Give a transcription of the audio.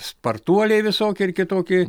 spartuoliai visokie ir kitokie